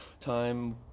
time